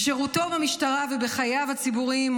בשירותו במשטרה ובחייו הציבוריים,